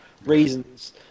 reasons